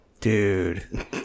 dude